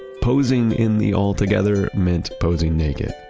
posing in the altogether meant posing naked.